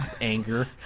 anger